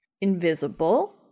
invisible